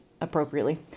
appropriately